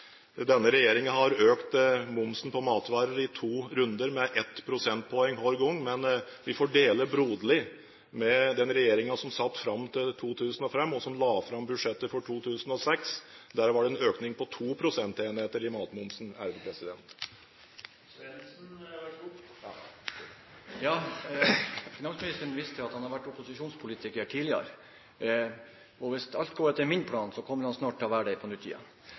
denne regjeringen har økt momsen på matvarer i to runder med 1 prosentpoeng hver gang, men vi får dele broderlig med den regjeringen som satt fram til 2005, og som la fram budsjettet for 2006. Der var det en økning på 2 prosentenheter i matmomsen. Finansministeren viste til at han har vært opposisjonspolitiker tidligere, og hvis alt går etter min plan, kommer han snart til å være det